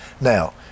Now